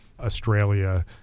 Australia